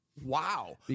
Wow